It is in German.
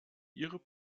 ihre